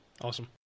Awesome